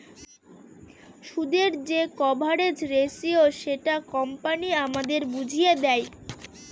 সুদের যে coverage ratio সেটা কোম্পানি আমাদের বুঝিয়ে দেয়